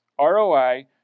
ROI